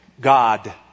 God